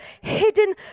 hidden